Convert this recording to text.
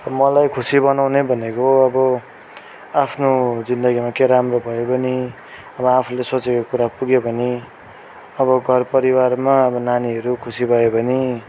मलाई खुसी बनाउने भनेको अब आफ्नो जिन्दगीमा केही राम्रो भयो भने अब आफूले सोचेको कुरा पुग्यो भयो भने अब घर परिवारमा अब नानीहरू खुसी भयो भने